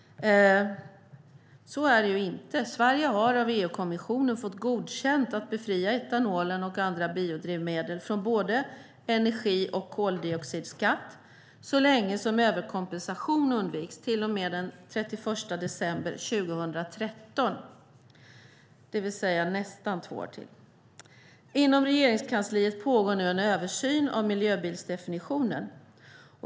Så är det inte. Sverige har av EU-kommissionen fått godkänt att befria etanolen och andra biodrivmedel från både energi och koldioxidskatt, så länge som överkompensation undviks, till och med den 31 december 2013, det vill säga nästan två år till. Inom Regeringskansliet pågår nu en översyn av miljöbilsdefinitionen.